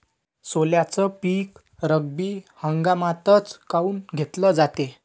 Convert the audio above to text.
सोल्याचं पीक रब्बी हंगामातच काऊन घेतलं जाते?